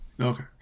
Okay